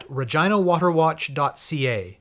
reginawaterwatch.ca